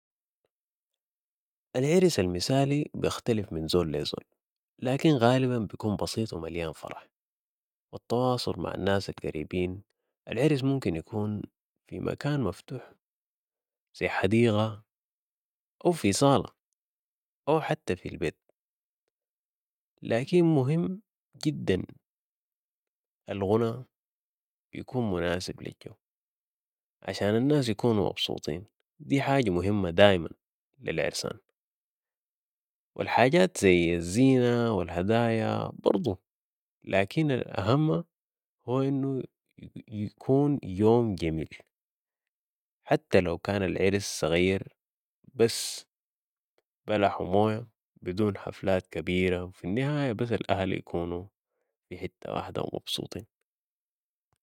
العرس المسالي بيختلف من زول لي زول، لكن غالبا بيكون بسيط ومليان فرح، والتواصل مع الناس القريبين .العرس ممكن يكون في مكان مفتوح زي حديقة أو في صالة أو حتى في البيت ، لكن مهم جدا والغنى يكون مناسب للجو عشان الناس يكونوا مبسوطين دي حاجة مهمة دايماً للعرسان والحاجات زي الزينة والهدايا برضو لكن الأهم هو إنه يكون يوم جميل حتى لو كان العرس صغير بس بلح و موية بدون حفلات كبيرة في النهاية بس الاهل يكونو في حتة واحدة مبسوطين